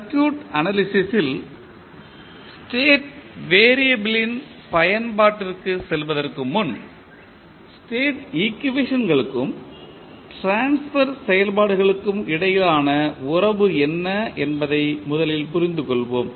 circuit analysis ல் state variable ன் பயன்பாட்டிற்குச் செல்வதற்கு முன் ஸ்டேட் ஈக்குவேஷன்களுக்கும் ட்ரான்ஸ்பர் செயல்பாடுகளுக்கும் இடையிலான உறவு என்ன என்பதை முதலில் புரிந்து கொள்வோம்